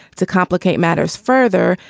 to complicate matters further.